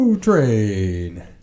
Train